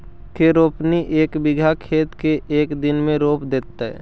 के रोपनी एक बिघा खेत के एक दिन में रोप देतै?